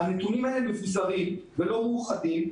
שהנתונים האלה מפוזרים ולא מאוחדים.